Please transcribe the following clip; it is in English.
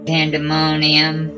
Pandemonium